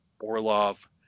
Orlov